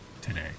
today